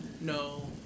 No